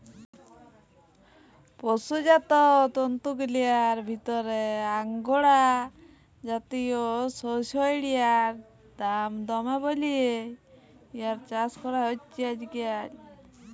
পসুজাত তন্তুগিলার ভিতরে আঙগোরা জাতিয় সড়সইড়ার দাম দমে বল্যে ইয়ার চাস করা হছে আইজকাইল